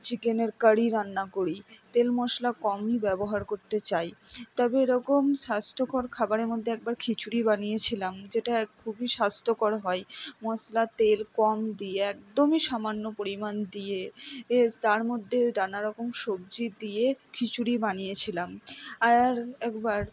চিকেনের কারি রান্না করি তেল মশলা কমই ব্যবহার করতে চাই তবে এরকম স্বাস্থ্যকর খাবারের মধ্যে একবার খিচুড়ি বানিয়েছিলাম যেটা খুবই স্বাস্থ্যকর হয় মশলা তেল কম দিয়ে একদমই সামান্য পরিমাণ দিয়ে তার মধ্যে নানা রকম সবজি দিয়ে খিচুড়ি বানিয়েছিলাম আর একবার